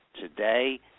Today